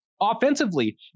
offensively